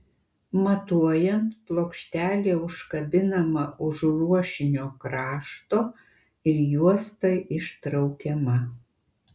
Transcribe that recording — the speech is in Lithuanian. matuojant plokštelė užkabinama už ruošinio krašto ir juosta ištraukiama